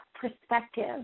perspective